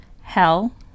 hell